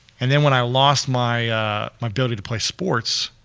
and then when i lost my my ability to play sports,